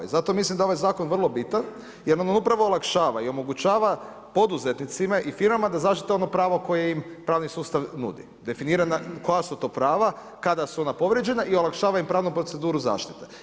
I zato mislim da je ovaj zakon vrlo bitan jer nam on upravo olakšava i omogućava poduzetnicima i firmama da zaštite ono pravo koje im pravni sustav nudi definirano koja su to prava, kada su ona povrijeđena i olakšava im pravnu proceduru zaštite.